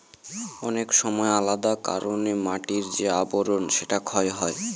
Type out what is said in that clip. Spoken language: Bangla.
অনেক সময় আলাদা কারনে মাটির যে আবরন সেটা ক্ষয় হয়